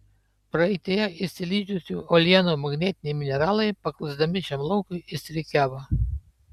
praeityje išsilydžiusių uolienų magnetiniai mineralai paklusdami šiam laukui išsirikiavo